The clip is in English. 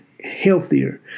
healthier